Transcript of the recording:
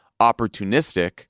opportunistic